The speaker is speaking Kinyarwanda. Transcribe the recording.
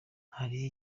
hari